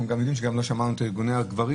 אנחנו גם יודעים שלא שמענו את ארגוני הגברים